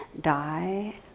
die